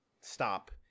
stop